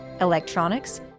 electronics